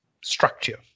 structure